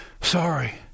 Sorry